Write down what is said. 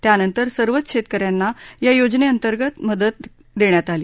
त्यानंतर सर्वच शेतकऱ्यांना या योजने अंतर्गत मदत देण्यात आली